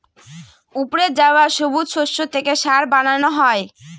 উপড়ে যাওয়া সবুজ শস্য থেকে সার বানানো হয়